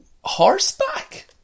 horseback